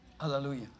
Hallelujah